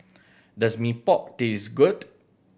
does Mee Pok taste good